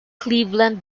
cleveland